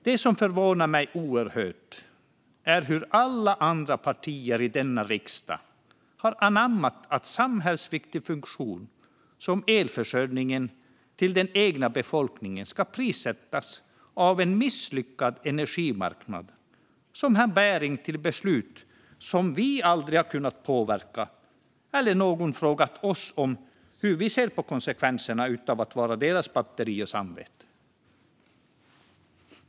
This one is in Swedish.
Det som förvånar mig oerhört är hur alla andra partier i denna riksdag har anammat att en samhällsviktig funktion som elförsörjningen till den egna befolkningen ska prissättas av en misslyckad energimarknad som har bäring på beslut som vi aldrig har kunnat påverka. Inte heller har någon frågat oss om hur vi ser på konsekvenserna av att vara deras batteri och samvete.